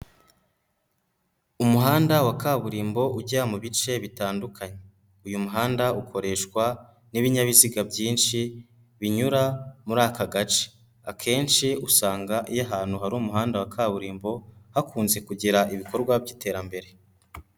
Umuhanda wa kaburimbo ujya mu bice bitandukanye. Uyu muhanda ukoreshwa n'ibinyabiziga byinshi binyura muri aka gace. Akenshi usanga iyo ahantu hari umuhanda wa kaburimbo, hakunze kugira ibikorwa by'iterambere.